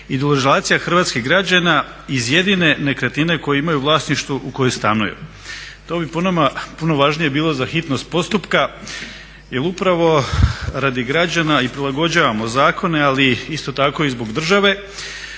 deložacija hrvatskih građana iz jedine nekretnine koju imaju u vlasništvu u kojem stanuju. To bi po nama puno važnije bilo za hitnost postupka jer upravo radi građana i prilagođavamo zakone ali isto tako i zbog države.